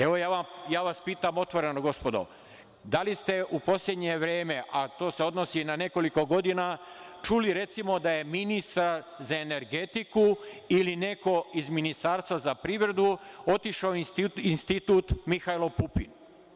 Evo, ja vas pitam otvoreno, gospodo - da li ste u poslednje vreme, a to se odnosi na nekoliko godina, čuli, recimo, da je ministar za energetiku ili neko iz Ministarstva za privredu otišao u Institut "Mihajlo Pupin"